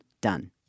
done